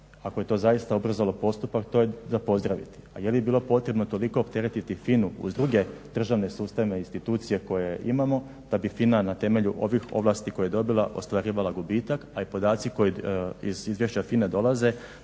ako je to zaista ubrzalo postupak to je za pozdraviti, a je li bilo potrebno toliko opteretiti FINA-u uz druge državne sustavne institucije koje imamo da bi FINA na temelju ovih ovlasti koje je dobila ostvarivala gubitak, a i podaci koji iz izvješća FINA-e dolaze